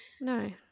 no